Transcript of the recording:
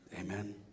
amen